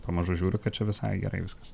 pamažu žiūri kad čia visai gerai viskas